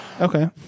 okay